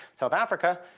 south africa,